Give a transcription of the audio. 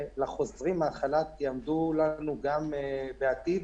לחוזרים מהחל"ת יעמדו לנו גם בעתיד,